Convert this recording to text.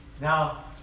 Now